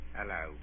Hello